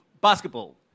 basketball